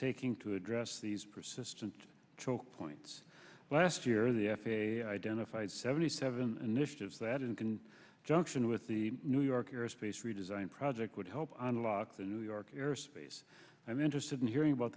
taking to address these persistent choke points last year the f a a identified seventy seven initiatives that it can junction with the new york airspace redesign project would help unlock the new york airspace i'm interested in hearing about